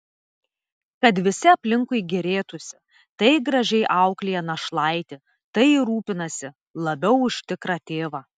kad visi aplinkui gėrėtųsi tai gražiai auklėja našlaitį tai rūpinasi labiau už tikrą tėvą